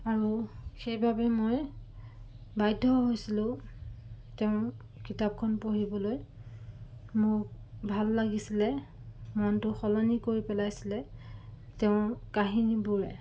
আৰু সেইবাবে মই বাধ্য হৈছিলোঁ তেওঁৰ কিতাপখন পঢ়িবলৈ মোৰ ভাল লাগিছিলে মনটো সলনি কৰি পেলাইছিলে তেওঁৰ কাহিনীবোৰে